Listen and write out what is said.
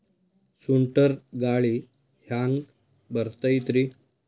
ಸುಂಟರ್ ಗಾಳಿ ಹ್ಯಾಂಗ್ ಬರ್ತೈತ್ರಿ?